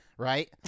Right